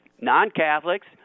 non-Catholics